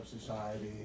society